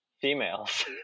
Females